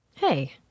Hey